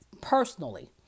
personally